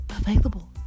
available